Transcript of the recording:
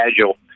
agile